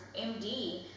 MD